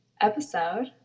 episode